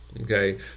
okay